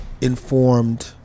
informed